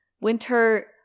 winter